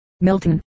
Milton